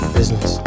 Business